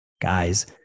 Guys